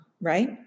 right